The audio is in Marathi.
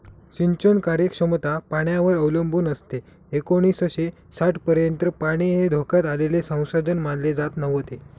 सिंचन कार्यक्षमता पाण्यावर अवलंबून असते एकोणीसशे साठपर्यंत पाणी हे धोक्यात आलेले संसाधन मानले जात नव्हते